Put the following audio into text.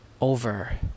over